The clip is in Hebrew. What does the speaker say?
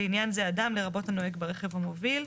לעניין זה, "אדם", לרבות הנוהג ברכב או מוביל.